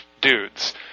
dudes